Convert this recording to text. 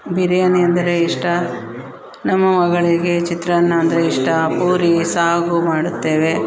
ಬಿರ್ಯಾನಿ ಅಂದರೆ ಇಷ್ಟ ನಮ್ಮ ಮಗಳಿಗೆ ಚಿತ್ರಾನ್ನ ಅಂದರೆ ಇಷ್ಟ ಪೂರಿ ಸಾಗು ಮಾಡುತ್ತೇವೆ